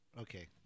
Okay